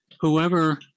whoever